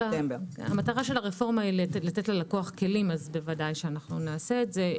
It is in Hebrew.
המטרה של הרפורמה היא לתת ללקוח כלים אז ודאי שנעשה את זה.